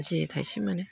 जि थाइसे मोनो